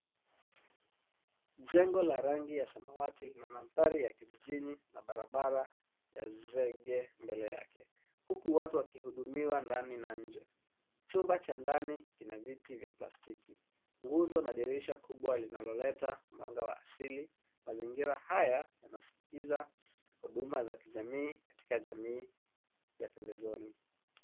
Jengo la rangi ya samawati lina mandhari ya kijijini na barabara ya zege mbele yake, huku watu wakihudumiwa ndani na nje. Chumba cha ndani kina viti vya plastiki. Nguzo na dirisha kubwa linaloleta mwanga wa asili. Mazingira haya yanaskiza huduma za kijamii katika jamii ya pembezoni.